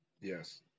Yes